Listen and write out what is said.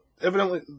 evidently